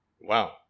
Wow